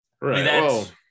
Right